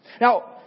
Now